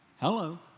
hello